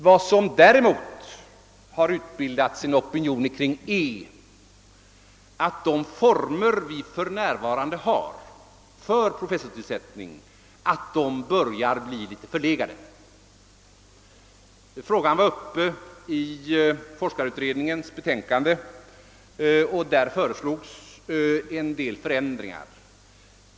Det har däremot utbildats en opinion att de nuvarande formerna för professorstillsättningar börjar bli litet förlegade. Frågan behandlades i forskarutredningens betänkande och några ändringar föreslogs.